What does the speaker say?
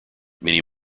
many